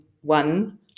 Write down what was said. one